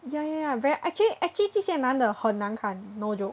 ya ya ya ver~ actually actually 这些男的很难看 no joke